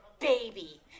baby